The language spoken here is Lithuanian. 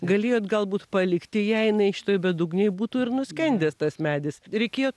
galėjot galbūt palikti ją jinai šitoj bedugnėj būtų ir nuskendęs tas medis reikėjo